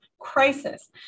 crisis